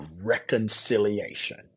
reconciliation